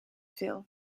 veel